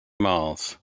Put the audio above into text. miles